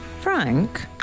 Frank